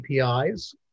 APIs